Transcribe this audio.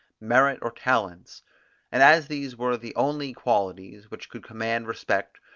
merit or talents and as these were the only qualities which could command respect,